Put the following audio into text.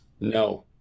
No